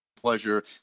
pleasure